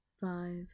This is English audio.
five